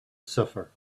suffer